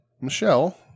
Michelle